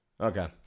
Okay